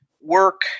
work